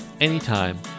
anytime